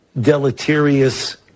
deleterious